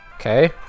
Okay